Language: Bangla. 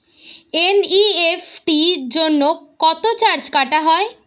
এন.ই.এফ.টি জন্য কত চার্জ কাটা হয়?